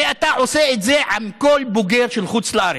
הרי אתה עושה את זה עם כל בוגר של חוץ-לארץ,